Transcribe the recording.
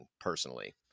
personally